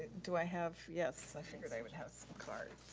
do i have, yes, i figured i would have some cards.